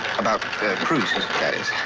about proust that is,